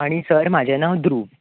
आनी सर म्हाजें नांव द्रुव